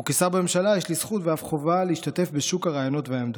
וכשר בממשלה יש לי זכות ואף חובה להשתתף בשוק הרעיונות והעמדות.